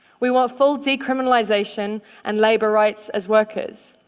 we want full decriminalization and labor rights as workers.